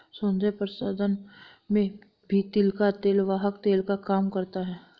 सौन्दर्य प्रसाधन में भी तिल का तेल वाहक तेल का काम करता है